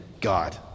God